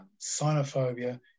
Sinophobia